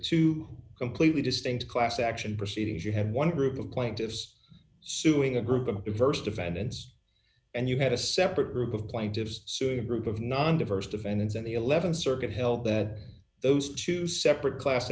two completely distinct class action proceedings you have one group of plaintiffs suing a group of diverse defendants and you had a separate group of plaintiffs group of non diverse defendants on the th circuit hill that those two separate class